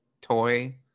toy